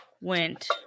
went